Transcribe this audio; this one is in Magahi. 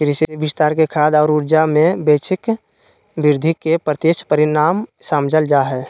कृषि विस्तार के खाद्य और ऊर्जा, में वैश्विक वृद्धि के प्रत्यक्ष परिणाम समझाल जा हइ